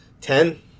Ten